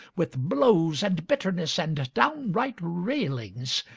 with blows, and bitterness, and down-right railings,